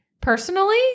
personally